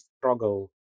struggle